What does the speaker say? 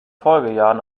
folgejahren